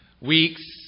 weeks